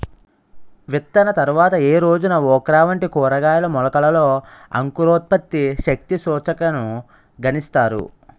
విత్తిన తర్వాత ఏ రోజున ఓక్రా వంటి కూరగాయల మొలకలలో అంకురోత్పత్తి శక్తి సూచికను గణిస్తారు?